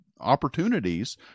opportunities